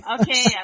okay